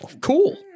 Cool